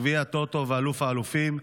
גביע הטוטו ואלוף האלופים,